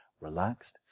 relaxed